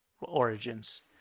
Origins